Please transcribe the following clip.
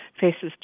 faces